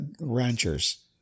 ranchers